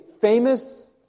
famous